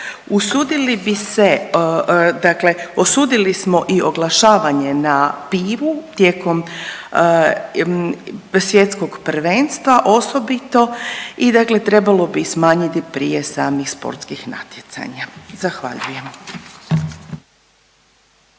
usudili bi se dakle osudili smo i oglašavanje na pivu tijekom svjetskog prvenstva osobito i dakle trebalo bi smanjiti prije samih sportskih natjecanja. Zahvaljujem.